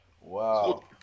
wow